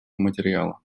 материала